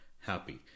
happy